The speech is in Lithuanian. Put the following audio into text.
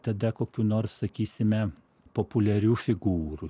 tada kokių nors sakysime populiarių figūrų